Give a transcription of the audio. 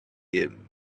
him